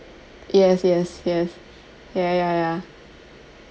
yes yes ya ya ya